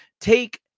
take